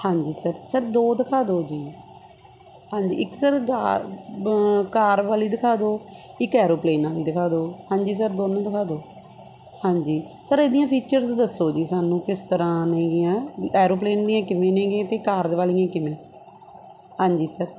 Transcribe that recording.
ਹਾਂਜੀ sir sir ਦੋ ਦਿਖਾ ਦਿਓ ਜੀ ਹਾਂਜੀ ਇੱਕ ਸਰ ਦਾਰ ਬ ਕਾਰ ਵਾਲੀ ਦਿਖਾ ਦਿਓ ਇੱਕ ਐਰੋਪਲੇਨਾ ਵਾਲੀ ਦਿਖਾ ਦਿਓ ਹਾਂਜੀ ਸਰ ਦੋਨੋਂ ਦਿਖਾ ਦਿਓ ਹਾਂਜੀ ਸਰ ਇਹਦੀਆਂ ਫੀਚਰਸ ਦੱਸੋ ਜੀ ਸਾਨੂੰ ਕਿਸ ਤਰ੍ਹਾਂ ਨੇਗੀਆਂ ਵੀ ਐਰੋਪਲੇਨ ਦੀਆਂ ਕਿਵੇਂ ਨੇਗੀਆਂ ਅਤੇ ਕਾਰ ਵਾਲੀਆਂ ਕਿਵੇਂ ਹਾਂਜੀ ਸਰ